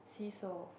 seesaw